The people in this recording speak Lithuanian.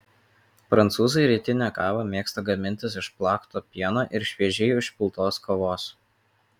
prancūzai rytinę kavą mėgsta gamintis iš plakto pieno ir šviežiai užpiltos kavos